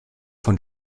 von